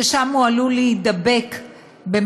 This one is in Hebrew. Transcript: ששם הוא עלול להידבק במחלות,